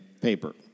paper